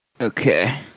Okay